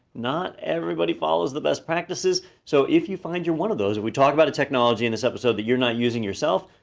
not everybody follows the best practices. so if you find any one of those and we talk about a technology in this episode that you're not using yourself,